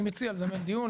אני מציע לזמן דיון,